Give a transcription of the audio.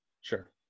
sure